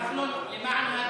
כחלון, למען ההגינות,